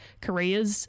careers